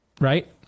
Right